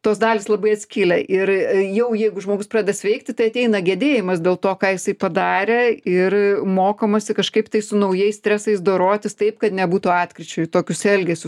tos dalys labai atskilę ir jau jeigu žmogus pradeda sveikti tai ateina gedėjimas dėl to ką jisai padarė ir mokomasi kažkaip tai su naujais stresais dorotis taip kad nebūtų atkryčio į tokius elgesius